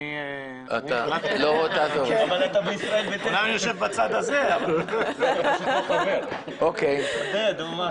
אני אמנם יושב בצד הזה --- אבל אתה בישראל ביתנו.